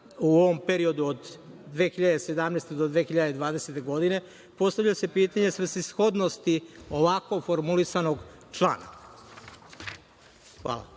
u ovom periodu od 2017. do 2020. godine, postavlja se pitanje svrsishodnosti ovako formulisanog člana. Hvala.